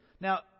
Now